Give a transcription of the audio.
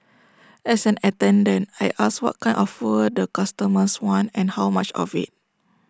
as an attendant I ask what kind of fuel the customers want and how much of IT